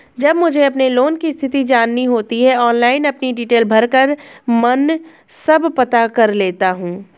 जब मुझे अपने लोन की स्थिति जाननी होती है ऑनलाइन अपनी डिटेल भरकर मन सब पता कर लेता हूँ